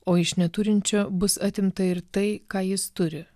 o iš neturinčio bus atimta ir tai ką jis turi